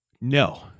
No